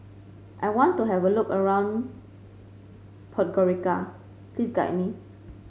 I want to have a look around Podgorica please guide me